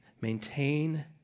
maintain